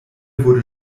wurde